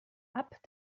abt